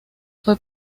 fue